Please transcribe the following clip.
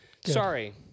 Sorry